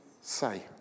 say